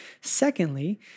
Secondly